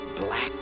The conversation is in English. black